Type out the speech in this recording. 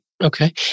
Okay